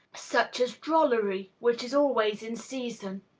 such as drollery, which is always in season,